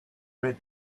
red